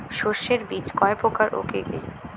শস্যের বীজ কয় প্রকার ও কি কি?